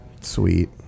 Sweet